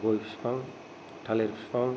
गय बिफां थालिर बिफां